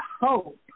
hope